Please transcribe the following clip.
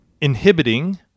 inhibiting